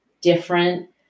different